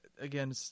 again